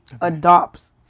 adopts